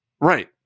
right